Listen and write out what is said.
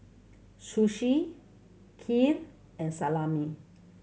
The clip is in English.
Sushi Kheer and Salami